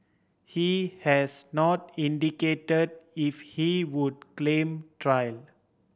he has not indicate if he would claim trial